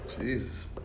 Jesus